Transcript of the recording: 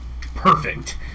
Perfect